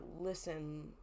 listen